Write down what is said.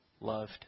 loved